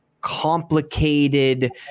complicated